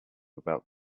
about